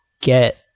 get